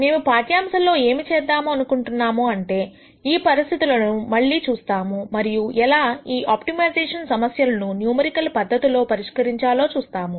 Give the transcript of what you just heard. మేము ఈ పాఠ్యాంశంలో ఏమి చేద్దాము అనుకుంటున్నాను అంటే ఈ పరిస్థితులను మళ్లీ చూస్తాము మరియు ఎలా ఈ ఆప్టిమైజేషన్ సమస్యలను న్యూమరికల్ పద్ధతుల్లో పరిష్కరించాలో చూస్తాము